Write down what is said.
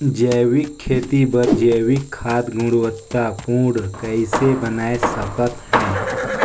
जैविक खेती बर जैविक खाद गुणवत्ता पूर्ण कइसे बनाय सकत हैं?